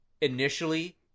initially